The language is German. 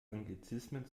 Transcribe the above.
anglizismen